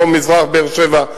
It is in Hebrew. דרום-מזרח באר-שבע,